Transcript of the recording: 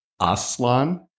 Aslan